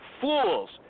fools